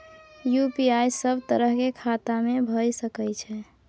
UPI सब तरह के खाता में भय सके छै?